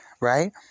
Right